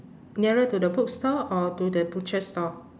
nearer to the bookstore or to the butcher store